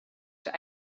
zijn